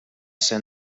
ser